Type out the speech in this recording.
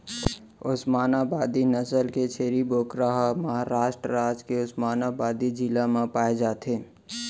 ओस्मानाबादी नसल के छेरी बोकरा ह महारास्ट राज के ओस्मानाबादी जिला म पाए जाथे